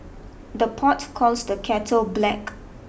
the pot calls the kettle black